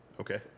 Okay